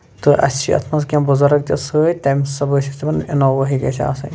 تہٕ اَسہِ چھِ اَتھ منٛز کیٚنٛہہ بُزارٕگ تہِ سۭتۍ تمہِ سبہٕ ٲسۍ أسۍ دپان اِنوواہٕے گژھِ آسٕنۍ